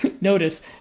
notice